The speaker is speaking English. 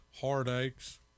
heartaches